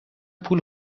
پول